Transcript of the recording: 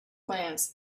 glance